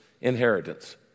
inheritance